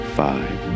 five